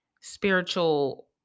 spiritual